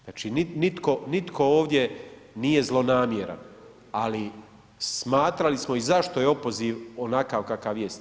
Znači nitko ovdje nije zlonamjeran ali smatrali smo i zašto je opoziv onakav kakav jest.